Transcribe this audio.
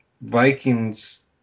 Vikings